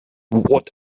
what